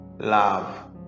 love